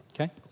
Okay